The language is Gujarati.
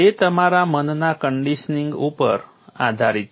તે તમારા મનના કન્ડિશનિંગ ઉપર આધારિત છે